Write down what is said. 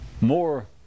more